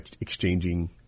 exchanging